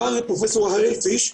אמר פרופ' הראל-פיש,